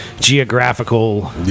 Geographical